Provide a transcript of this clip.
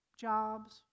jobs